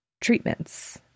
Treatments